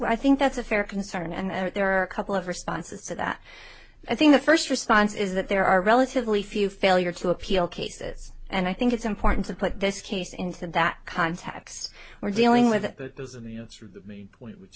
i think that's a fair concern and there are a couple of responses to that i think the first response is that there are relatively few failure to appeal cases and i think it's important to put this case into that context we're dealing with it